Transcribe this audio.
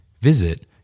Visit